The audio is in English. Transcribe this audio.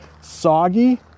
soggy